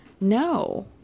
no